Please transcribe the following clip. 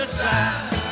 side